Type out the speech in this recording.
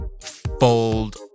fold